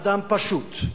אדם פשוט,